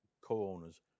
co-owners